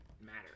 matter